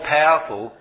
powerful